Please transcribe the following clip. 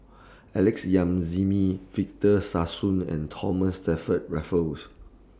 Alex Yam Ziming Victor Sassoon and Thomas Stamford Raffles